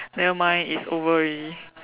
nevermind it's over already